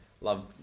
love